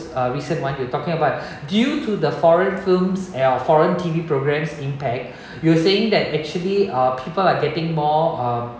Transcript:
uh recent months you were talking about due to the foreign films and foreign T_V programmes impact you were saying that actually uh people are getting more um